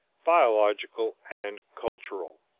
biological and cultural.